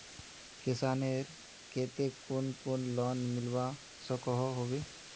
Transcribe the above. किसानेर केते कुन कुन लोन मिलवा सकोहो होबे?